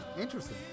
Interesting